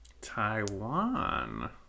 Taiwan